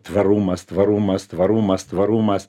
tvarumas tvarumas tvarumas tvarumas